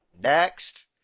Next